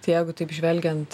tai jeigu taip žvelgiant